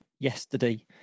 yesterday